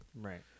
Right